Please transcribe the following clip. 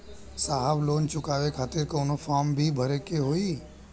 साहब लोन चुकावे खातिर कवनो फार्म भी भरे के होइ?